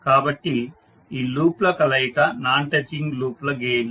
కాబట్టి ఈ లూప్ ల కలయిక నాన్ టచింగ్ లూప్ల గెయిన్లు